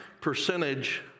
percentage